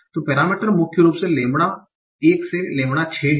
तो पैरामीटर मुख्य रूप से लैम्ब्डा 1 से लैम्ब्डा 6 हैं